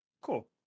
cool